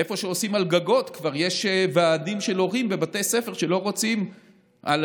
איפה שעושים על גגות כבר יש ועדים של הורים בבתי ספר שלא רוצים את זה